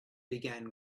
began